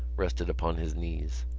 rested upon his knees.